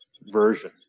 version